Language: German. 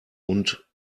und